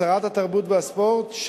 לשרת התרבות והספורט,